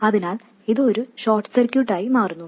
അതിനാൽ ഇത് ഒരു ഷോർട്ട് സർക്യൂട്ട് ആയി മാറുന്നു